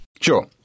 Sure